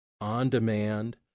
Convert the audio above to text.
on-demand